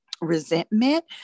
resentment